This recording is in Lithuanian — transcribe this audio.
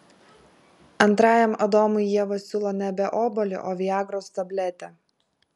antrajam adomui ieva siūlo nebe obuolį o viagros tabletę